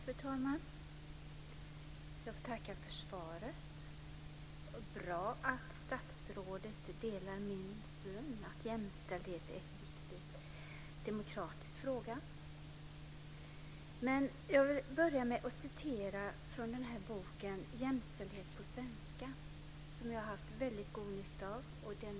Fru talman! Jag får tacka för svaret. Det är bra att statsrådet delar min syn att jämställdhet är en viktig demokratisk fråga. Jag vill börja med att citera ur boken Jämställda på svenska, som jag har haft väldigt god nytta av.